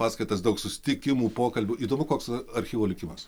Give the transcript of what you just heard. paskaitas daug susitikimų pokalbių įdomu koks archyvo likimas